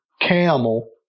camel